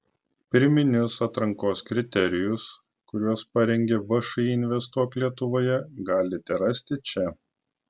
pirminius atrankos kriterijus kuriuos parengė všį investuok lietuvoje galite rasti čia